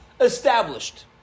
established